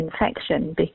infection